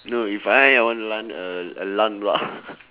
no if I I want land uh a lung lock